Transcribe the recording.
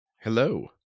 hello